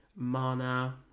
Mana